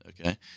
okay